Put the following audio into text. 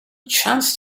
chance